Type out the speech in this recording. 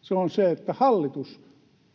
se on se, että hallitus